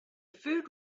food